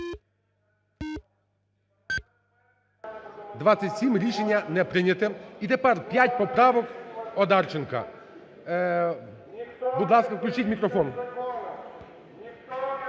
За-27 Рішення не прийнято. І тепер п'ять поправок Одарченка, будь ласка, включіть мікрофон.